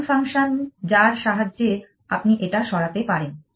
গান ফাংশন যার সাহায্যে আপনি এটা সরাতে পারেন